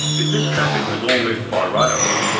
if this traffic was all moved by rail,